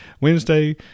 Wednesday